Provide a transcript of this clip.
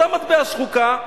אותה מטבע שחוקה.